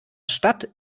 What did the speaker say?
stadt